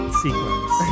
sequence